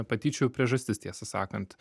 patyčių priežastis tiesą sakant